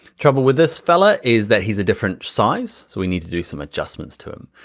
trouble with this fella is that he is a different size so we need to do some adjustments to him.